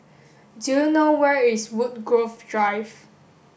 do you know where is Woodgrove Drive